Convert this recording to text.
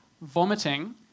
vomiting